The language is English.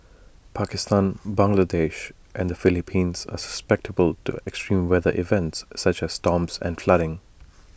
Pakistan Bangladesh and the Philippines are susceptible to extreme weather events such as storms and flooding